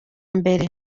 mbere